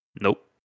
Nope